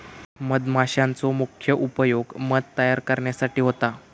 मधमाशांचो मुख्य उपयोग मध तयार करण्यासाठी होता